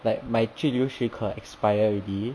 like my 居留许可 expire already